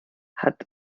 hat